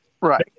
Right